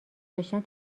داشتن